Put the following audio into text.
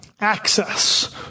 access